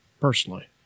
personally